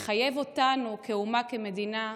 מחייב אותנו כאומה, כמדינה,